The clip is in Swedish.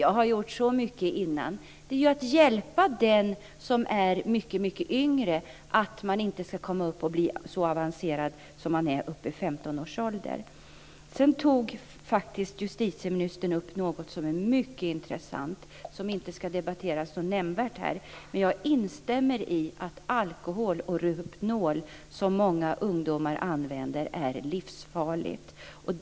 Att göra så här är ju att hjälpa den som är mycket yngre och hindra honom eller henne att bli så avancerad vid 15 års ålder. Sedan tog justitieministern upp något som är mycket intressant, som inte ska debatteras nämnvärt här. Jag instämmer i att alkohol och Rohypnol, som många ungdomar använder, är livsfarligt.